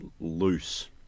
loose